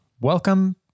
Welcome